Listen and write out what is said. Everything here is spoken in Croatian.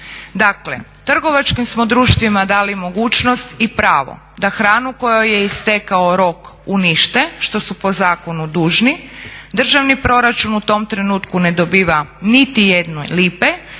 Dakle, trgovačkim smo društvima dali mogućnost i pravo da hranu kojoj je istekao rok unište što su po zakonu dužni. Državni proračun u tom trenutku ne dobiva niti jedne lipe